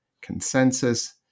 consensus